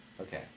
Okay